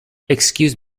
excuse